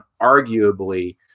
arguably